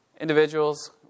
Individuals